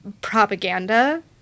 propaganda